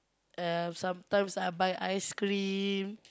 uh sometimes I buy ice cream